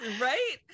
Right